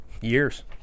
Years